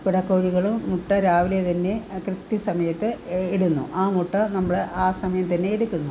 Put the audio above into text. പിട കോഴികളും മുട്ട രാവിലെ തന്നെ കൃത്യ സമയത്ത് ഇടുന്നു ആ മുട്ട നമ്മൾ ആ സമയം തന്നെയെടുക്കുന്നു